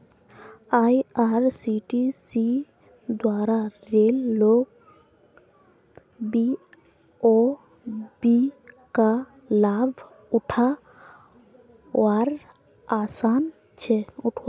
IRCTC द्वारा रेल लोक बी.ओ.बी का लाभ उठा वार आसान छे